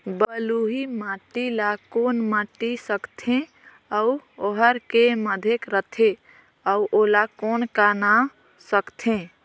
बलुही माटी ला कौन माटी सकथे अउ ओहार के माधेक राथे अउ ओला कौन का नाव सकथे?